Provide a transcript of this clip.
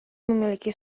memiliki